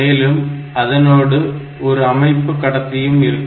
மேலும் அதனோடு ஒரு அமைப்பு கடத்தியும் இருக்கும்